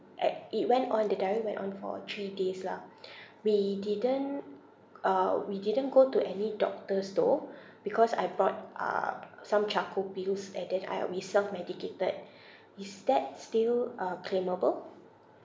at it went on the diarrhea went on for three days lah we didn't uh we didn't go to any doctors though because I brought uh some charcoal pills and then I uh we self medicated is that still uh claimable